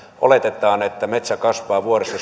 oletetaan että metsä kasvaa vuodessa